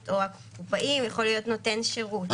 הקופאי יכול להיות נותן שירות,